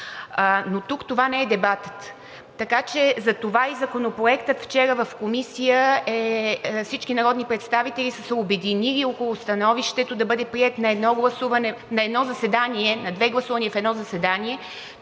Но тук това не е дебатът. Така че затова вчера в Комисията всички народни представители са се обединили около становището Законопроектът да бъде приет на едно заседание – на две гласувания в едно заседание,